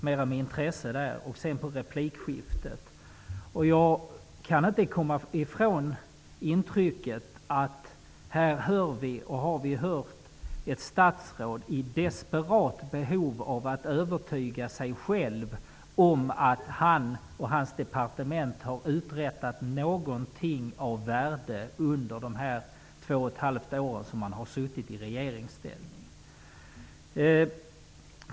Jag har också lyssnat till deras replikskifte, och jag kan inte komma ifrån intrycket att vi här har hört ett statsråd i desperat behov av att övertyga sig själv om att han och hans departement har uträttat någonting av värde under de två och ett halvt år som han har suttit i regeringsställning.